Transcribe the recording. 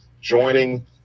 joining